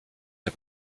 der